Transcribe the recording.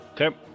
Okay